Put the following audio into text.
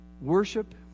Worship